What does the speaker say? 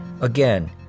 Again